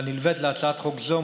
הנלווית להצעת חוק זו,